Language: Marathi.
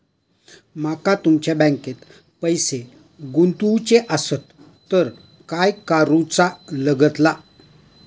माका तुमच्या बँकेत पैसे गुंतवूचे आसत तर काय कारुचा लगतला?